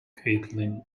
caitlin